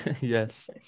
yes